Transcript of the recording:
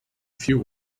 few